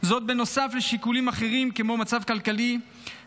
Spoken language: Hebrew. זאת בנוסף לשיקולים אחרים כמו מצב כלכלי-חברתי,